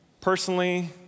Personally